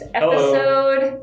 episode